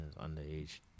underage